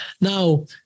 Now